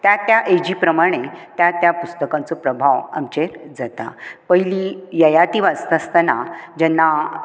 त्या त्या एजी प्रमाणे त्या त्या पुस्तकांचो प्रभाव हो आमचेर जाता पयलीं ययाती वाचता आसतना जेन्ना